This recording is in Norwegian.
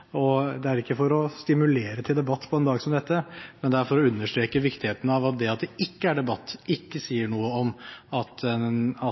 Dette sier jeg ikke for å stimulere til debatt på en dag som denne, men for å understreke viktigheten av at når det ikke er debatt, sier det ikke noe om